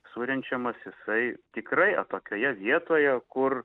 surenčiamas jisai tikrai atokioje vietoje kur